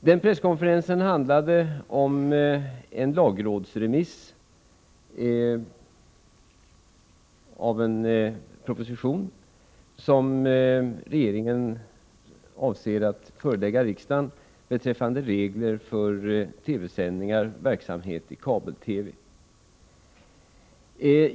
Den presskonferensen handlade om en lagrådsremiss av en proposition som regeringen avser att förelägga riksdagen beträffande regler för TV-sändningar och verksamhet i kabel-TV.